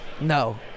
No